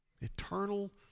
eternal